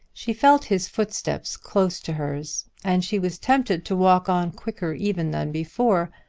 she felt his footsteps close to hers, and she was tempted to walk on quicker even than before.